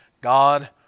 God